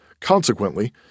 Consequently